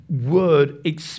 word